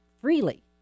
freely